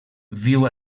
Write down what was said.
viu